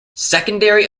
secondary